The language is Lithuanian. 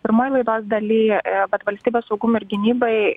pirmoj laidos daly kad valstybės saugumui ir gynybai